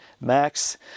Max